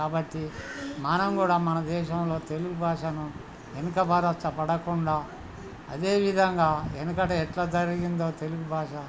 కాబట్టి మనం కూడా మన దేశంలో తెలుగు భాషను వెనుక పడకుండా అదేవిధంగా వెనుకట ఎట్లా జరిగిందో తెలుగు భాష